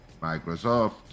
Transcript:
microsoft